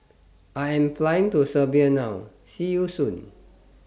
I Am Flying to Serbia now See YOU Soon